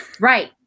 Right